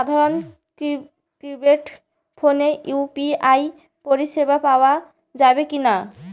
সাধারণ কিপেড ফোনে ইউ.পি.আই পরিসেবা পাওয়া যাবে কিনা?